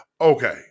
Okay